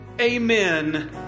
Amen